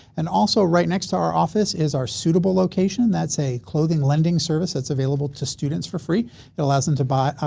and also right next to our office is our suitable location that's a clothing lending service that's available to students for free it allows them to buy,